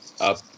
up